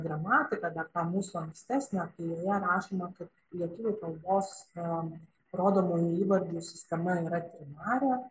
gramatiką dar tą mūsų ankstesnę tai joje rašoma kad lietuvių kalbos rodomųjų įvardžių sistema yra trinarė